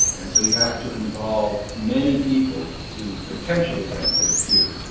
and so you have to involve many people to potentially benefit a few.